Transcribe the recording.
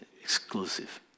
exclusive